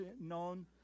known